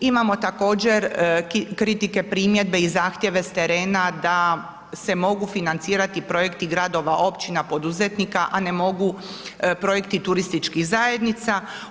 Imamo također kritike, primjedbe i zahtjeve s terena da se mogu financirati projekti gradova, općina, poduzetnika, a ne mogu projekti turističkih zajednica.